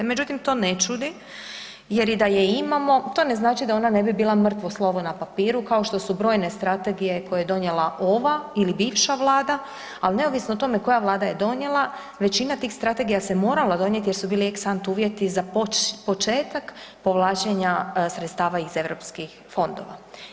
Međutim, to ne čudi jer i da je imamo to ne znači da ona ne bi bila mrtvo slovo na papiru kao što su brojne strategije koje je donijela ova ili bivša vlada, ali neovisno o tome koja vlada je donijela, većina tih strategija se morala donijet jer su bili ex ant uvjeti za poć početak povlačenja sredstava iz europskih fondova.